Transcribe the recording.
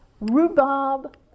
rhubarb